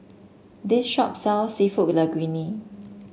this shop sells seafood Linguine